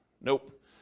nope